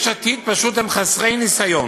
יש עתיד הם פשוט חסרי ניסיון,